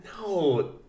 No